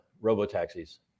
robo-taxis